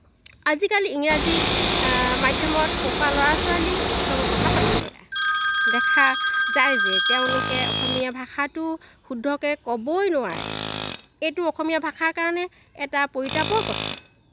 আজিকালি ইংৰাজী মাধ্যমত পঢ়োওৱা ল'ৰা ছোৱালীৰ লগত কথা পাতিলে দেখা যায় যে তেওঁলোকে অসমীয়া ভাষাটো শুদ্ধকৈ ক'বই নোৱাৰে এইটো অসমীয়া ভাষাৰ কাৰণে এটা পৰিতাপৰ কথা